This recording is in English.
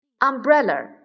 umbrella